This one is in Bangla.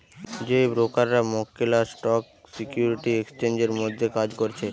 যেই ব্রোকাররা মক্কেল আর স্টক সিকিউরিটি এক্সচেঞ্জের মধ্যে কাজ করছে